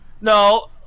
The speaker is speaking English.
No